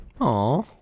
Aw